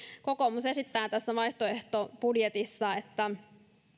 kokoomus esittää tässä vaihtoehtobudjetissa että